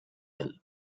mill